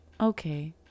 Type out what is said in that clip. okay